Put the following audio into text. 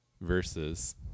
versus